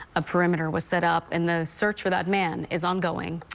a perimeter was set up, and the search for that man is ongoing.